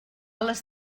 les